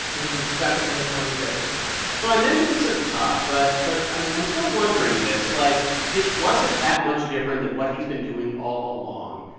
he's been stuck in the mid forty s ever since so i mentioned this at the top, but but i'm i'm still wondering this. like, this wasn't that much different than what he's been doing all along.